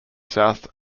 south